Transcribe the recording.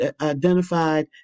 identified